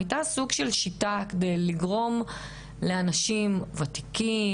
הייתה סוג של שיטה כדי לגרום לאנשים ותיקים,